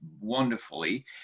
wonderfully